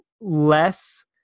less